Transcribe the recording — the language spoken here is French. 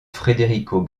federico